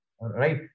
right